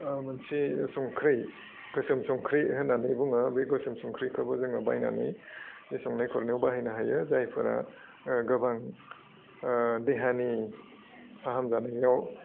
ओह मोनसे संख्रि गोसोम संख्रि होननानै बुङो बै गोसोम संख्रिखौबो जोङो बायनानै बे संनाय खुरनायाव बाहायनो हायो जायफोरा ओह गोबां ओह देहानि फाहाम जानायाव